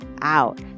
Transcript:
out